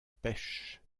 pêche